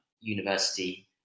university